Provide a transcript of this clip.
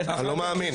אני לא מאמין.